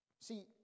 See